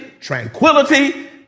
tranquility